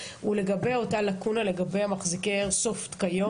הוא לגבי אותה לקונה לגבי מחזיקי איירסופט כיום